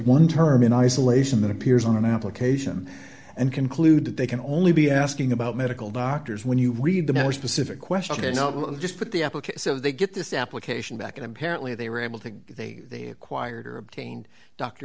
one term in isolation that appears on an application and conclude that they can only be asking about medical doctors when you read the more specific question and not just put the application so they get this application back and apparently they were able to say they acquired or obtained dr